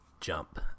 jump